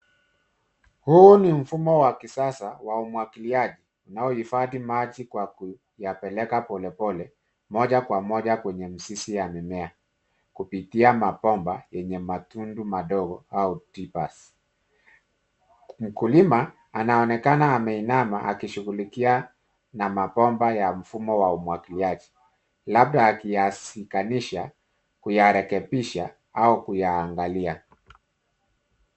Huu ni mfumo wa kisasa, wa umwagiliaji, unaohifadhi maji kwa kuyapeleka polepole, moja kwa moja kwenye mizizi ya mmea kupitia mabomba, yenye matundu madogo, au t-pass . Mkulima, anaonekana ameinama, akishughulikia na mabomba ya mfumo wa umwagiliaji, labda akiyashikanisha, kuyarekebisha, au kuyaangalia.